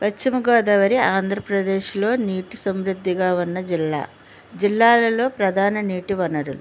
పశ్చిమగోదావరి ఆంధ్రప్రదేశ్లో నీటి సమృద్ధిగా ఉన్న జిల్లా జిల్లాలలో ప్రధాన నీటి వనరు